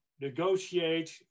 negotiate